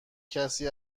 کسی